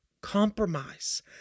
compromise